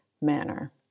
manner